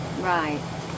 Right